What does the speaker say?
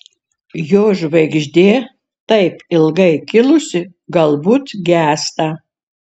jo žvaigždė taip ilgai kilusi galbūt gęsta